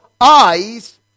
eyes